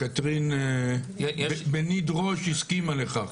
קתרין בניד ראש הסכימה לכך.